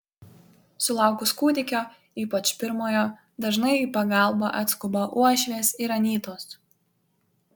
sulaukus kūdikio ypač pirmojo dažnai į pagalbą atskuba uošvės ir anytos